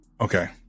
Okay